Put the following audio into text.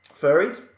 furries